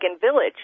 village